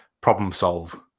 problem-solve